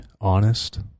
honest